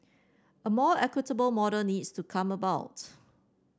a more equitable model needs to come about